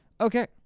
Okay